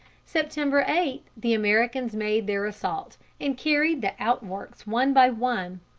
september eight the americans made their assault, and carried the outworks one by one.